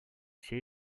все